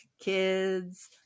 kids